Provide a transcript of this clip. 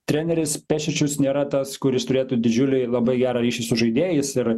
treneris pešičius nėra tas kuris turėtų didžiulį labai gerą rytš su žaidėjais ir